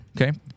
Okay